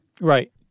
Right